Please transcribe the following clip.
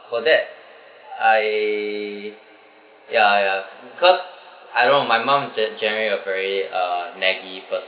for that I ya ya because I know my mom gen~ generally a very uh naggy person